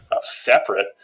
separate